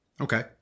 Okay